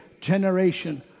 generation